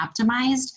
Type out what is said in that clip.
optimized